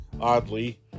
oddly